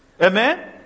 Amen